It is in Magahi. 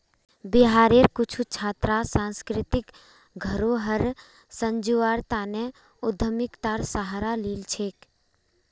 बिहारेर कुछु छात्र सांस्कृतिक धरोहर संजव्वार तने उद्यमितार सहारा लिल छेक